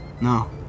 No